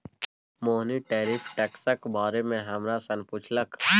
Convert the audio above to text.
मोहिनी tariff टैक्सक बारे मे हमरा सँ पुछलक